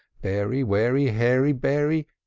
beary, wary, hairy, beary,